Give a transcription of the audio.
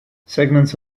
segments